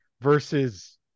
versus